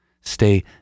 Stay